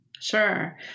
Sure